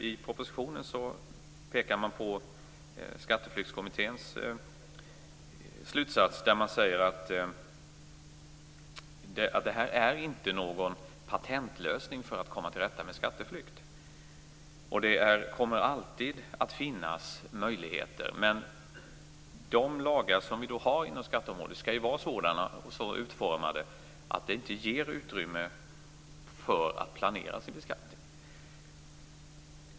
I propositionen pekar man på Skatteflyktskommitténs slutsats om att detta inte är någon patentlösning för att man skall komma till rätta med skatteflykt. Det kommer alltid att finnas möjligheter till det. Men de lagar som vi har på skatteområdet skall vara utformade på ett sådant sätt att de inte ger utrymme för skatteplanering.